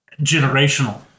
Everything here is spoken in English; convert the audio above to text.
generational